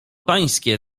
pańskie